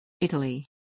Italy